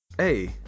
Hey